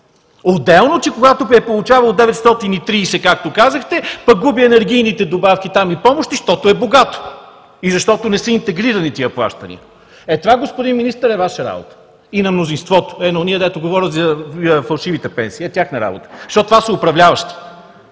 Отделно, когато е получавало 930 лв., както казахте, пък губи енергийните добавки и помощи, защото е богато и защото не са интегрирани тези плащания. Това, господин Министър, е Ваша работа! И на мнозинството! На онези, които говорят за фалшивите пенсии – тяхна работа е. Това са управляващите!